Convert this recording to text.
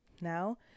Now